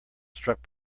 struck